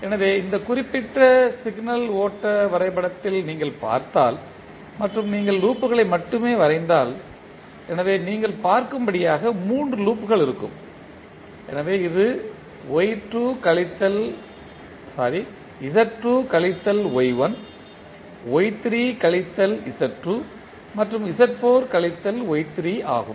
எனவே இந்த குறிப்பிட்ட சிக்னல் ஓட்ட வரைபடத்தில் நீங்கள் பார்த்தால் மற்றும் நீங்கள் லூப்களை மட்டுமே வரைந்தால் எனவே நீங்கள் பார்க்கும்படியாக மூன்று லூப்கள் இருக்கும் எனவே இது Z2 கழித்தல் Y1 Y3 கழித்தல் Z2 மற்றும் Z4 கழித்தல் Y3 ஆகும்